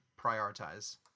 prioritize